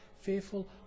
Fearful